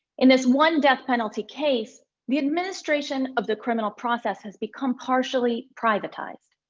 in this one death penalty case, the administration of the criminal process has become partially privatized.